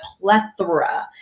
plethora